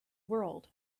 world